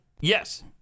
Yes